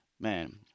Man